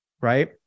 right